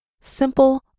Simple